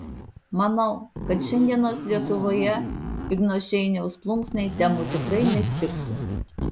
manau kad šiandienos lietuvoje igno šeiniaus plunksnai temų tikrai nestigtų